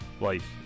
Life